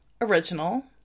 original